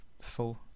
four